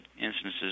instances